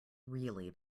really